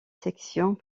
sections